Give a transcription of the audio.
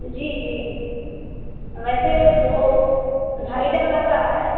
जी जी वैसे दो ढाई हज़ार लग रहा है